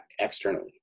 externally